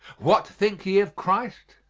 what think ye of christ?